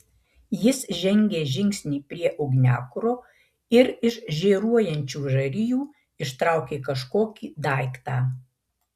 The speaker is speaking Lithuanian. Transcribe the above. jis žengė žingsnį prie ugniakuro ir iš žėruojančių žarijų ištraukė kažkokį daiktą